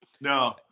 no